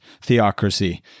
theocracy